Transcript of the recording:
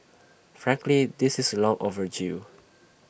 frankly this is long overdue